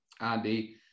Andy